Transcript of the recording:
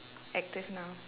active now